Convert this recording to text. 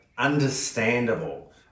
understandable